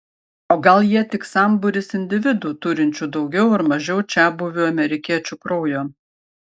o gal jie tik sambūris individų turinčių daugiau ar mažiau čiabuvių amerikiečių kraujo